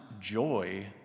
joy